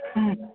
हम्म